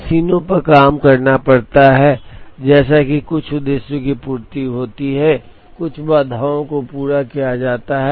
मशीनों पर काम करना पड़ता है जैसे कि कुछ उद्देश्यों की पूर्ति होती है कुछ बाधाओं को पूरा किया जाता है